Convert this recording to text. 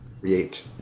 create